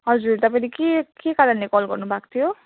हजुर तपाईँले के के कारणले कल गर्नु भएको थियो